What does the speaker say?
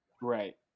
Right